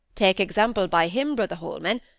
take example by him, brother holman.